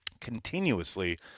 continuously